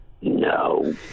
no